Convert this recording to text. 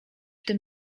tym